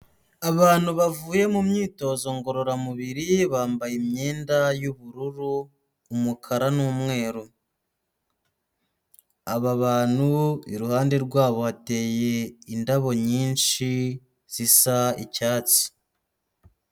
Abantu bavuye mu myitozo ngororamubiri bambaye imyenda y'ubururu, umukara n'umweru, aba bantu iruhande rwabo hateye indabo nyinshi zisa icyatsi.